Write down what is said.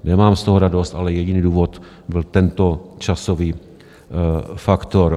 Nemám z toho radost, ale jediný důvod byl tento časový faktor.